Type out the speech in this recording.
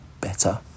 better